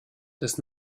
des